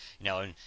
now